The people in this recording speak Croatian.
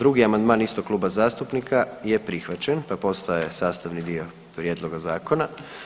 2. amandman istog kluba zastupnika je prihvaćen pa postaje sastavni dio prijedloga zakona.